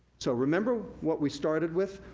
so remember what we started with?